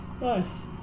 Nice